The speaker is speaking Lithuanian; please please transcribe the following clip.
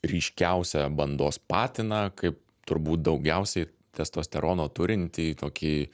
ryškiausią bandos patiną kaip turbūt daugiausiai testosterono turintį tokį